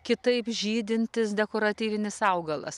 kitaip žydintis dekoratyvinis augalas